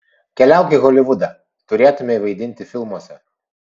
keliauk į holivudą turėtumei vaidinti filmuose